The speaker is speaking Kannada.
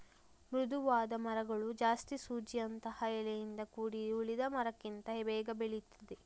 ಮೃದುವಾದ ಮರಗಳು ಜಾಸ್ತಿ ಸೂಜಿಯಂತಹ ಎಲೆಯಿಂದ ಕೂಡಿ ಉಳಿದ ಮರಕ್ಕಿಂತ ಬೇಗ ಬೆಳೀತದೆ